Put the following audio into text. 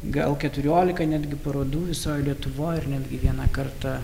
gal keturiolika netgi parodų visoj lietuvoj ir netgi vieną kartą